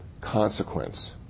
consequence